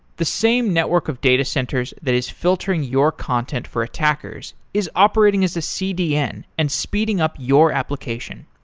the same network of data centers that is filtering your content for attackers is operating as a cdn and speeding up your application.